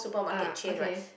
ah okay